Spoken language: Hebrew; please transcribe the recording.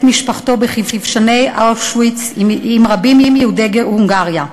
משפחתו בכבשני אושוויץ עם רבים מיהודי הונגריה.